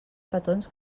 petons